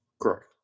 Correct